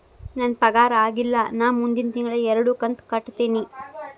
ನನ್ನ ಪಗಾರ ಆಗಿಲ್ಲ ನಾ ಮುಂದಿನ ತಿಂಗಳ ಎರಡು ಕಂತ್ ಕಟ್ಟತೇನಿ